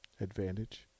Advantage